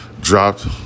dropped